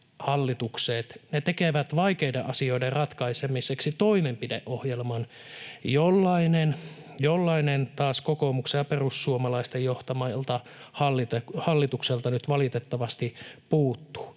tekevät vaikeiden asioiden ratkaisemiseksi toimenpideohjelman, jollainen taas kokoomuksen ja perussuomalaisten johtamalta hallitukselta nyt valitettavasti puuttuu.